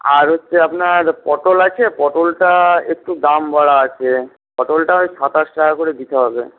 আর হচ্ছে আপনার পটল আছে পটলটা একটু দাম বাড়া আছে পটলটা ওই সাতাশ টাকা করে দিতে হবে